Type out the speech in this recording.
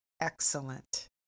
excellent